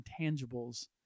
intangibles